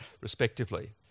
respectively